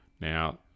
Now